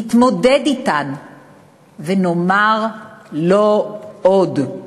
נתמודד אתן ונאמר "לא עוד"?